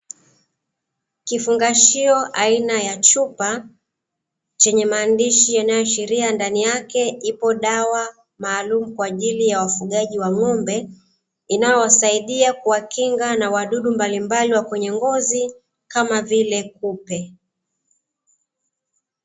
Kifungashio aina ya chupa chenye maandishi yanayoashiria ndani yake ipo dawa maalumu kwa ajili ya wafugaji wa ng'ombe, inayowasaidia kuwa kinga na wadudu mbalimbali wa kwenye ngozi kama vile kupe.